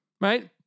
right